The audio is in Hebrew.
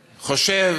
חושב,